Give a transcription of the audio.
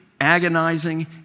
agonizing